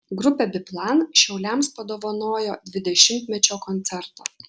grupė biplan šiauliams padovanojo dvidešimtmečio koncertą